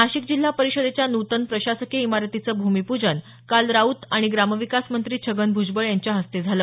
नाशिक जिल्हा परिषदेच्या नूतन प्रशासकीय इमारतीचं भूमिपूजनही काल राऊत आणि ग्राम विकास मंत्री छगन भ्जबळ यांच्या हस्ते झालं